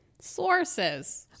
Sources